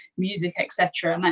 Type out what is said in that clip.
music, et cetera. um ah